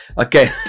Okay